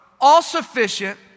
all-sufficient